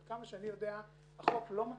עד כמה שאני יודע החוק לא מתיר.